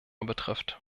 betrifft